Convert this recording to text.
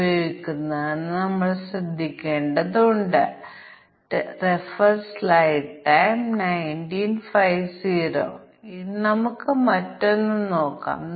തുല്യതാ ക്ലാസ്സിൽ നമ്മൾ സാഹചര്യങ്ങൾ പരിഗണിക്കേണ്ടതുണ്ട് അത് സാധ്യമായ തുല്യതാ ക്ലാസുകൾ എന്താണെന്ന് നമുക്ക് സൂചന നൽകുന്നു